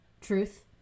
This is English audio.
truth